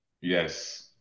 Yes